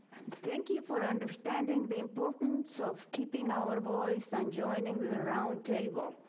thank you for understanding the importance of keeping our voice and joining the the roundtable.